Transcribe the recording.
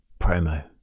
promo